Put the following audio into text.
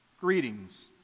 greetings